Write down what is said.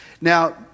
Now